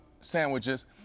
sandwiches